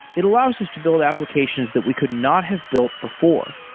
it allows us to build applications that we could not have built before,